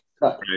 Right